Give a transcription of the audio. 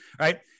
Right